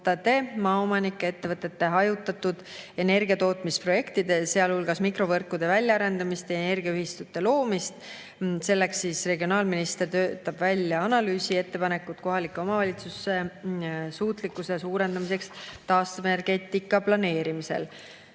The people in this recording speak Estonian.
maaomanike, ettevõtete hajutatud energiatootmisprojektide, sealhulgas mikrovõrkude väljaarendamist ja energiaühistute loomist. Selleks regionaalminister töötab välja analüüsiettepanekud kohalike omavalitsuste suutlikkuse suurendamiseks taastuvenergeetika planeerimisel.